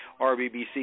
RBBC